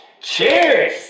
Cheers